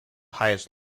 highest